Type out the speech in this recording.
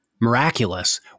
miraculous